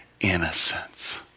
innocence